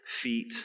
feet